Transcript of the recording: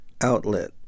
outlet